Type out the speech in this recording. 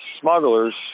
smugglers